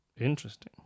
Interesting